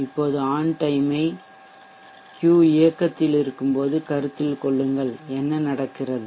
இப்போது on time I Q இயக்கத்தில் இருக்கும்போது கருத்தில் கொள்ளுங்கள் என்ன நடக்கிறது